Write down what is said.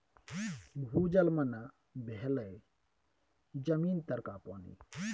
भूजल मने भेलै जमीन तरका पानि